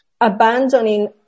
abandoning